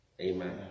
Amen